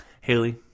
Haley